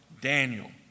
daniel